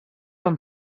amb